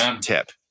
tip